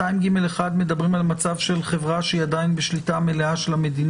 אנחנו מדברים על סיטואציה של חברה שהיא בשליטת המדינה,